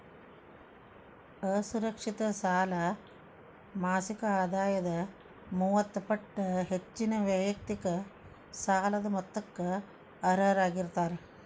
ಅಸುರಕ್ಷಿತ ಸಾಲ ಮಾಸಿಕ ಆದಾಯದ ಮೂವತ್ತ ಪಟ್ಟ ಹೆಚ್ಚಿನ ವೈಯಕ್ತಿಕ ಸಾಲದ ಮೊತ್ತಕ್ಕ ಅರ್ಹರಾಗಿರ್ತಾರ